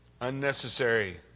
Unnecessary